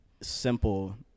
simple